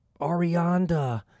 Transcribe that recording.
Arianda